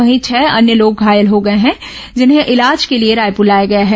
वहीं छह अन्य लोग घायल हो गए हैं जिन्हें इलाज के लिए रायपुर लाया गया है